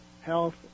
health